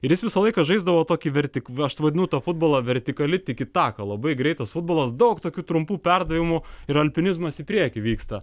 ir jis visą laiką žaisdavo tokį vertik aš vadinu tą futbolo vertikali tiki taką labai greitas futbolas daug tokių trumpų perdavimų ir alpinizmas į priekį vyksta